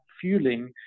fueling